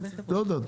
לא יודע,